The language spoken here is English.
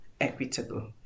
Equitable